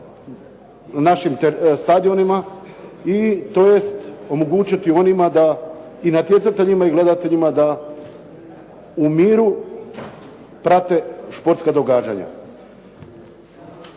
našim stadionima i tj. omogućiti onima i natjecateljima i gledateljima da u miru prate športska događanja.